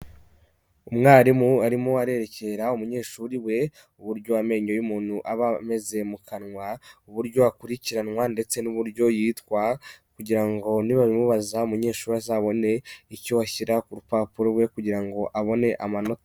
Umwarimu arimo arerekera umunyeshuri we, uburyo amenyo y'umuntu aba ameze mu kanwa, uburyo akurikiranwa ndetse n'uburyo yitwa, kugira ngo nibabimubaza umunyeshuri azabone icyo ashyira ku rupapuro rwe kugira ngo abone amanota.